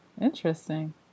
interesting